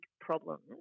problems